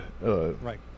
Right